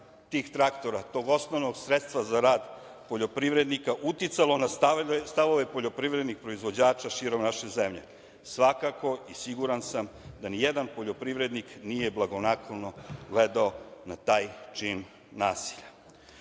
tih traktora, tog osnovnog sredstva za rad poljoprivrednika uticalo na stavove poljoprivrednih proizvođača širom naše zemlje. Svakako i siguran sam da nijedan poljoprivrednih nije blagonaklono gledao na taj čin nasilja.U